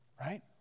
Right